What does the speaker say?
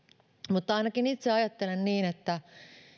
mutta ainakin itse ajattelen niin että